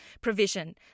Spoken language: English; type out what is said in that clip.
provision